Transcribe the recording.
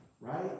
right